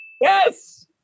Yes